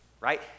right